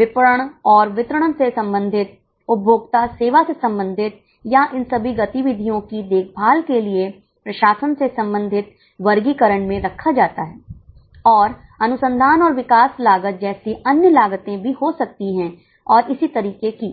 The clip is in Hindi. विपणन और वितरण से संबंधित उपभोक्ता सेवा से संबंधित या इन सभी गतिविधियों की देखभाल के लिए प्रशासन से संबंधित वर्गीकरण में रखा जाता है और अनुसंधान और विकास लागत जैसी अन्य लागतें भी हो सकती हैं और इसी तरह की कुछ और